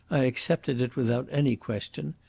i accepted it without any question.